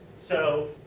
so,